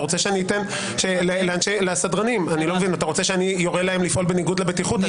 אתה רוצה שאני יורה לסדרנים לפעול בניגוד לבטיחות?